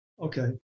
Okay